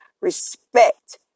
respect